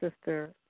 Sister